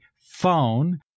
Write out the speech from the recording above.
phone